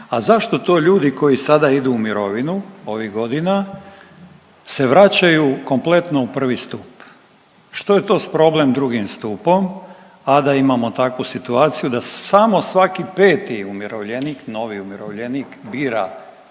a zašto to ljudi koji sada idu u mirovinu, ovih godina se vraćaju kompletno u 1. stup. Što je to problem s 2. stupom, a da imamo takvu situaciju da samo svaki 5. umirovljenik, novi umirovljenik bira